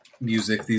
music